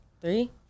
Three